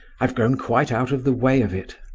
i've grown quite out of the way of it.